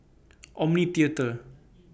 Omni Theatre